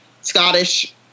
Scottish